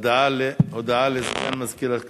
הודעה לסגן מזכירת הכנסת,